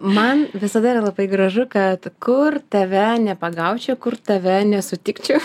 man visada yra labai gražu kad kur tave nepagaučiau kur tave nesutikčiau